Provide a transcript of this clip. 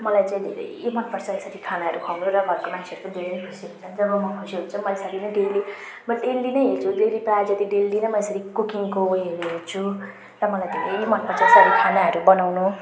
र मलाई चाहिँ धेरै मन पर्छ यसरी खानाहरू खुवाउनु र घरको मान्छेहरूको धेरै नै खुसी हन्छन् जब म खुसी हुन्छ म यसरी नै डेली म डेली नै हेर्छु म प्रायः जति डेली नै म यसरी कुकिङको ऊ योहरू हेर्छु र मलाई धेरै मन पर्छ यसरी नै खानाहरू बनाउनु